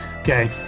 okay